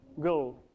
go